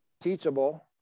teachable